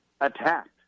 attacked